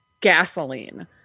gasoline